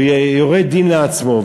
ויורה דין לעצמו.